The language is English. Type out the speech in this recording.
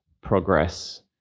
progress